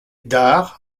dard